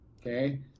Okay